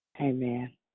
Amen